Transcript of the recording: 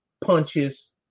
punches